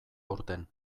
aurten